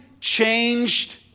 changed